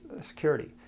security